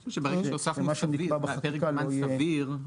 אני חושב שברגע שהוספנו את המילים פרק זמן סביר,